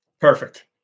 Perfect